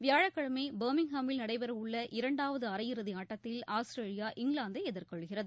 வியாழக்கிழமை பர்மிங்ஹாமில் நடைபெறவுள்ள இரண்டாவது அரையிறுதி ஆட்டத்தில் ஆஸ்திரேலியா இங்கிலாந்தை எதிர்கொள்கிறது